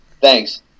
thanks